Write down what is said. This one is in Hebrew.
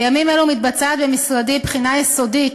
בימים אלו מתבצעת במשרדי בחינה יסודית